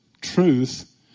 truth